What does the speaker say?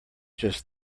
just